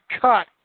cut